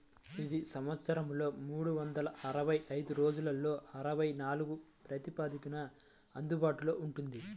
ఇది సంవత్సరంలో మూడు వందల అరవై ఐదు రోజులలో ఇరవై నాలుగు ప్రాతిపదికన అందుబాటులో ఉంటుంది